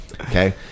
Okay